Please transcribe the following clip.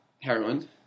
Heroin